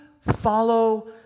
follow